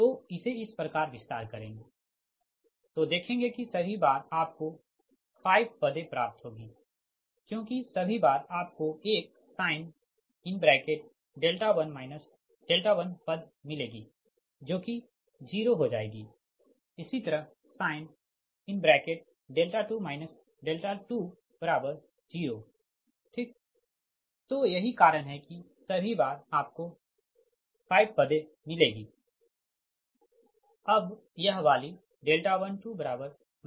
तो इसे इस प्रकार विस्तार करेंगे तो देखेंगे कि सभी बार आपको 5 पदें प्राप्त होगी क्योंकि सभी बार आपको एक sin 1 1 पद मिलेगी जो कि जीरो हो जाएगी इसी तरह sin 2 2 0ठीक तो यही कारण है कि सभी बार आपको 5 पदें मिलेगी